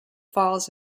falls